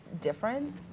different